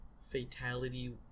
Fatality